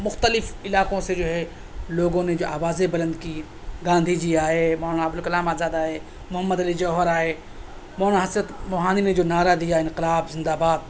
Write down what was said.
مُختلف علاقوں سے جو ہے لوگوں نے جو آوازیں بلند کی گاندھی جی آئے مولانا ابو الکلام آزاد آئے محمّد علی جوہر آئے مولانا حسرت موہانی نے جو نعرہ دیا انقلاب زندہ آباد